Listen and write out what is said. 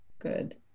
good